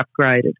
upgraded